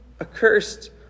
accursed